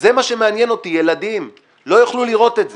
זה מה שמעניין אותי, ילדים לא יוכלו לראות את זה.